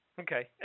Okay